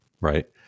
right